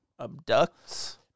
abducts